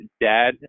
dad